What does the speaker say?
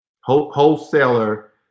Wholesaler